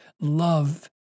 love